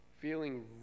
feeling